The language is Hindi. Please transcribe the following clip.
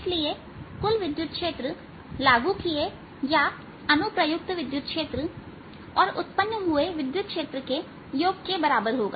इसलिए कुल विद्युत क्षेत्र लागू किए या अनुप्रयुक्त विद्युत क्षेत्र और उत्पन्न हुए विद्युत क्षेत्र के योग के बराबर होगा